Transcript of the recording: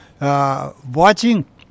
watching